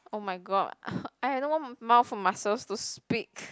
oh my god I have no more mouth muscles to speak